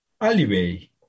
alleyway